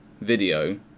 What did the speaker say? video